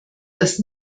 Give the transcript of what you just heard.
das